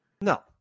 No